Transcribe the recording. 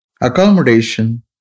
accommodation